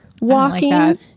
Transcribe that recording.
walking